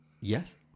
Yes